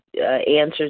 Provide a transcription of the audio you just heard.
answer